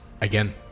Again